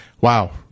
Wow